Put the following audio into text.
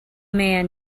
man